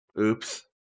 Oops